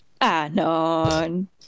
Anon